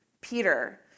Peter